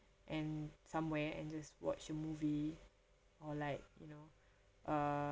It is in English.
and somewhere and just watch a movie or like you know uh